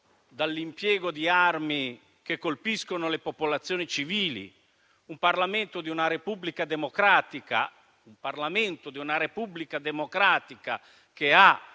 dall'impiego di armi che colpiscono le popolazioni civili, un Parlamento di una Repubblica democratica come